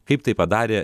kaip tai padarė